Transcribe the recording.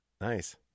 Nice